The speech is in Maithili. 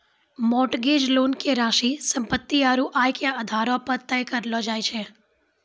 मोर्टगेज लोन के राशि सम्पत्ति आरू आय के आधारो पे तय करलो जाय छै